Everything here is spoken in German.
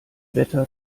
wetter